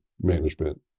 management